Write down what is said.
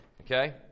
Okay